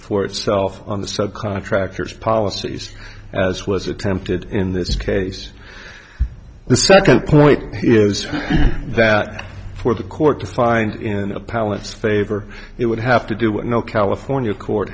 for itself on the sub contractors policies as was attempted in this case the second point is that for the court to find in the palace favor it would have to do no california court